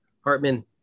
Hartman